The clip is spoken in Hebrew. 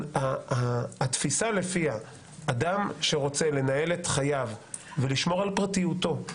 התפיסה לפיה אדם שרוצה לנהל את חייו ולשמור על פרטיותו,